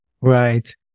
Right